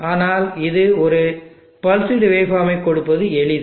ஆனால் இது ஒரு பல்ஸ்டு வேவ் ஃபார்ம் ஐ கொடுப்பது எளிது